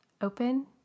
open